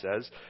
says